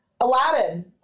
Aladdin